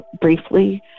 briefly